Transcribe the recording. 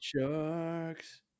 Sharks